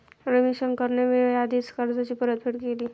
रविशंकरने वेळेआधीच कर्जाची परतफेड केली